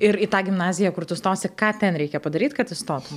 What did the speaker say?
ir į tą gimnaziją kur tu stosi ką ten reikia padaryt kad įstotum